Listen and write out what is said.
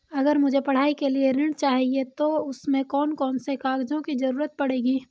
अगर मुझे पढ़ाई के लिए ऋण चाहिए तो उसमें कौन कौन से कागजों की जरूरत पड़ेगी?